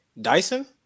Dyson